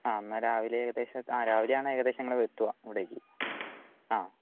ആ എന്നാൽ രാവിലെ ഏകദേശം ആ രാവിലെയാണ് ഏകദേശം നമ്മൾ എത്തുക അവിടെയ്ക്ക് ആ